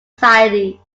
society